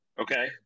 Okay